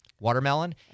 watermelon